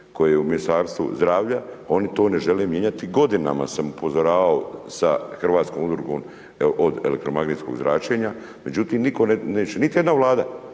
koje je u Ministarstvu zdravlja, oni to ne žele mijenjati. Godinama sam upozoravao sa hrvatskom udrugom od elektromagnetskog zračenja. Međutim, neće niti jedna vlada,